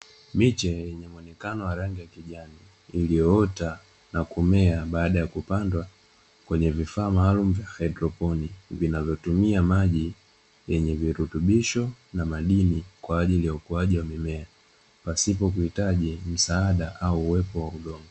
Miche yenye muonekano wa rangi ya kijani, iliyoota na kumea baada ya kupandwa kwenye vifaa maalumu vya haidroponi, vinavyotumia maji yenye virutubisho na madini, kwa ajili ya ukuaji wa mimea, pasipo kuhitaji msaada au uwepo wa udongo.